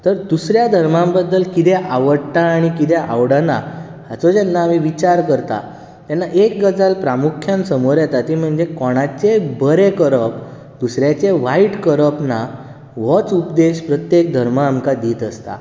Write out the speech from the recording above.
तर दुसऱ्या धर्मा बद्दल कितें आवडटा आनी कितें आवडना हाचो जेन्ना आमी विचार करतात तेन्ना एक गजाल प्रामुख्यान समोर येता ती म्हणजे कोणाचें बरें करप दुसऱ्याचें वायट करप ना होच उपदेश प्रत्येक धर्म आमकां दीत आसता